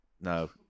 no